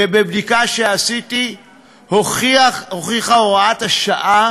ובבדיקה שעשיתי הוכיחה הוראת השעה